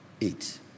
Eight